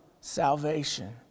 salvation